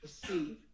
perceive